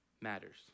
matters